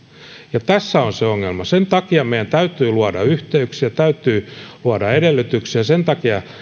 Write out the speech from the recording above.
ja tässä on se ongelma sen takia meidän täytyy luoda yhteyksiä täytyy luoda edellytyksiä sen takia